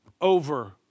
Over